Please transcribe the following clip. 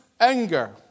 Anger